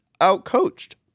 out-coached